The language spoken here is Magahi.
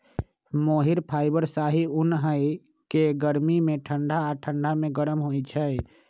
मोहिर फाइबर शाहि उन हइ के गर्मी में ठण्डा आऽ ठण्डा में गरम होइ छइ